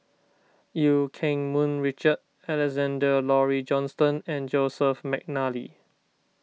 Eu Keng Mun Richard Alexander Laurie Johnston and Joseph McNally